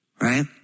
right